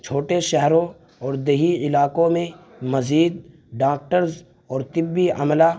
چھوٹے شہروں اور دیہی علاقوں میں مزید ڈاکٹرز اور طبی عملہ